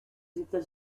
états